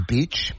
Beach